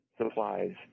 Supplies